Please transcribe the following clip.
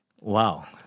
Wow